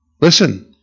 Listen